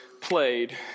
played